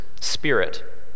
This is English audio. spirit